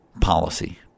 policy